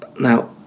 Now